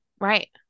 Right